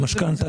המשכנתא,